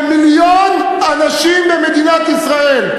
למיליון אנשים במדינת ישראל.